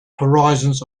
horizons